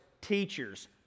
teachers